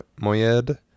Moyed